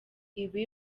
ibi